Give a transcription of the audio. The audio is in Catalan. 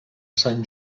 sant